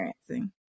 experiencing